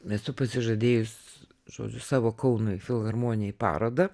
esu pasižadėjus žodžiu savo kaunui filharmonijai parodą